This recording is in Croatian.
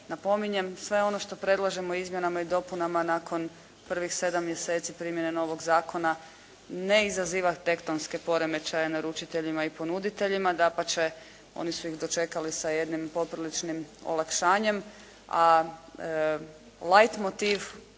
Napominjem sve ono što predlažemo izmjenama i dopunama nakon prvih 7 mjeseci primjene novog zakona ne izaziva tektonske poremećaje naručiteljima i ponuditeljima. Dapače oni su ih dočekali sa jednim popriličnim olakšanjem, a lajt motiv